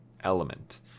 element